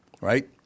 Right